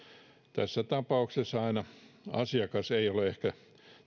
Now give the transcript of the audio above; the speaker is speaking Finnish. tässä tapauksessa aina asiakas ei ole ehkä